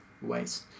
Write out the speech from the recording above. ways